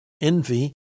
envy